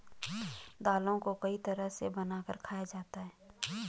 दालों को कई तरह से बनाकर खाया जाता है